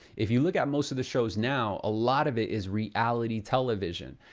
if you look at most of the shows now, a lot of it is reality television.